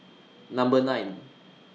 Number nine